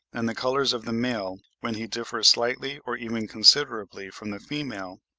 and the colours of the male, when he differs slightly or even considerably from the female,